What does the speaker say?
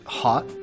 hot